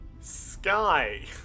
sky